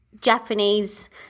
Japanese